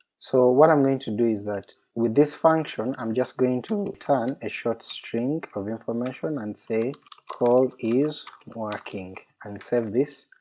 so what i'm going to do is that with this function i'm just going to turn a short string of information and say call is working and save this,